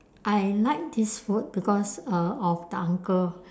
I like this food because uh of the uncle